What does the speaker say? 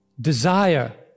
desire